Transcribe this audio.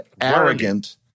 arrogant